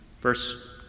verse